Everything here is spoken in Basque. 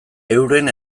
euren